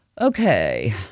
okay